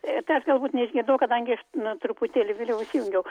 tai aš galbūt neišgirdau kadangi aš na truputėlį vėliau įsijungiau